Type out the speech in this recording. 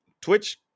Twitch